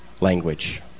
language